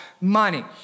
money